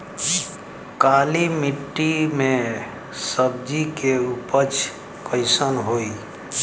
काली मिट्टी में सब्जी के उपज कइसन होई?